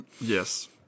Yes